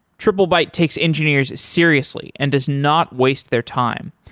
triplebyte takes engineers seriously and does not waste their time.